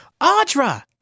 Audra